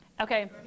Okay